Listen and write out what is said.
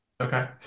Okay